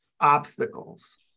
obstacles